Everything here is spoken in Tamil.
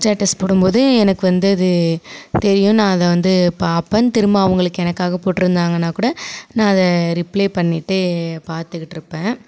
ஸ்டேட்டஸ் போடும் போது எனக்கு வந்து அது தெரியும் நான் அதை வந்து பார்ப்பேன் திரும்ப அவர்களுக்கு எனக்காக போட்டிருந்தாங்கன்னா கூட நான் அதை ரிப்ளே பண்ணிட்டே பார்த்துக்கிட்டு இருப்பேன்